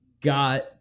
got